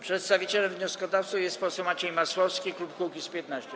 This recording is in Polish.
Przedstawicielem wnioskodawców jest poseł Maciej Masłowski, klub Kukiz’15.